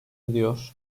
ediyor